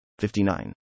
59